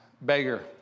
beggar